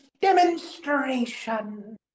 demonstration